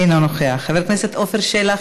אינו נוכח, חבר הכנסת עפר שלח,